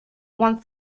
one